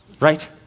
right